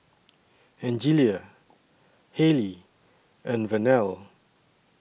Angelia Haylie and Vernelle